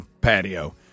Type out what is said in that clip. patio